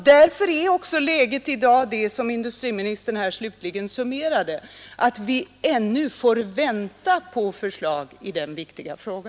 Därför är läget i dag det som industriministern slutligen summerade, nämligen att vi ännu får vänta bara på utredningsförslag i denna viktiga fråga.